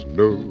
no